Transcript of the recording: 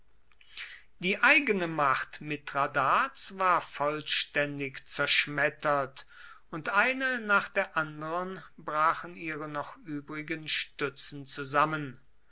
die eigene macht mithradats war vollständig zerschmettert und eine nach der andern brachen ihre noch übrigen stützen zusammen